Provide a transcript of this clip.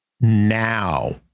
Now